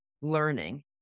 learning